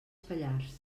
pallars